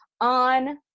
on